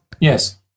Yes